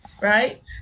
right